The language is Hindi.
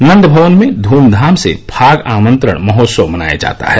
नन्दभवन में धमधाम से फाग आमंत्रण महोत्सव मनाया जाता है